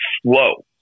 slow